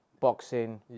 boxing